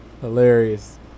Hilarious